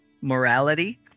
morality